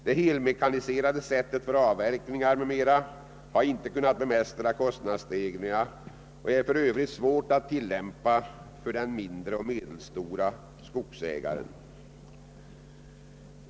Det helmekaniserade sättet för avverkning m.m. har inte kunnat bemästra kostnadsstegringarna och är för övrigt svårt att tillämpa för den mindre och medelstore skogsägaren.